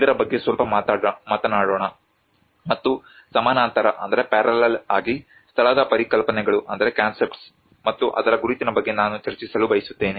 ಇದರ ಬಗ್ಗೆ ಸ್ವಲ್ಪ ಮಾತನಾಡೋಣ ಮತ್ತು ಸಮಾನಾಂತರ ಆಗಿ ಸ್ಥಳದ ಪರಿಕಲ್ಪನೆಗಳು ಮತ್ತು ಅದರ ಗುರುತಿನ ಬಗ್ಗೆ ನಾನು ಚರ್ಚಿಸಲು ಬಯಸುತ್ತೇನೆ